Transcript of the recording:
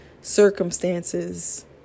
circumstances